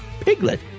piglet